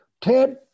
Ted